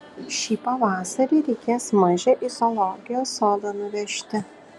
šį pavasarį reikės mažę į zoologijos sodą nuvežti